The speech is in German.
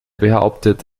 behauptet